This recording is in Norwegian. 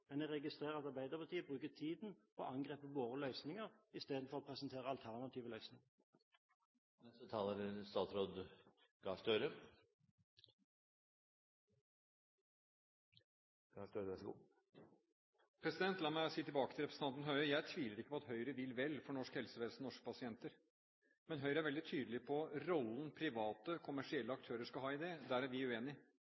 Men jeg registrerer at Arbeiderpartiet bruker tiden på å angripe våre løsninger istedenfor å presentere alternative løsninger. La meg si tilbake til representanten Høie: Jeg tviler ikke på at Høyre vil vel for norsk helsevesen og norske pasienter. Men Høyre er veldig tydelig på rollen private, kommersielle